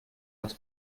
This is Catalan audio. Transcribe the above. les